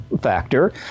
factor